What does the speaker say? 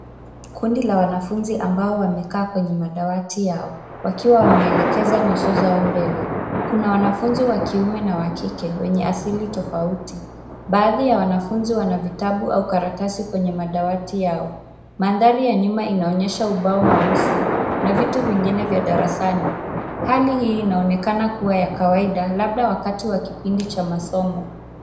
Kundi la wanafunzi ambao wamekaa kwenye madawati yao, wakiwa wameelekeza nyuso zao mbele. Kuna wanafunzi wa kiume na wa kike, wenye asili tofauti. Baadhi ya wanafunzi wana vitabu au karatasi kwenye madawati yao. Mandhari ya nyuma inaonyesha ubao mweusi, na vitu vingine vya darasani. Hali hii inaonekana kuwa ya kawaida, labda wakati wa kipindi cha masomo.